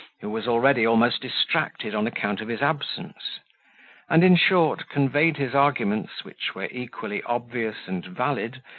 who was already almost distracted on account of his absence and, in short, conveyed his arguments, which were equally obvious and valid,